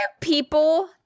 people